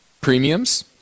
premiums